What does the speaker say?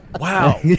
Wow